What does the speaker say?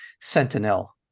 Sentinel